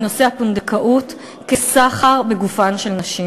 עם נושא הפונדקאות כסחר בגופן של נשים.